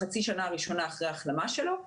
בחצי שנה הראשונה אחרי ההחלמה שלו,